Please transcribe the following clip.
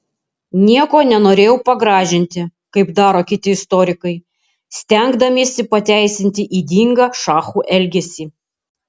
nieko nenorėjau pagražinti kaip daro kiti istorikai stengdamiesi pateisinti ydingą šachų elgesį